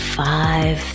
five